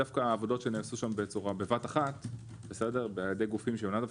העבודות שנעשו שם בבת-אחת על-ידי גופים שהם לאו